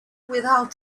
without